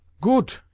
Good